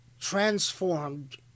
transformed